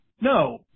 No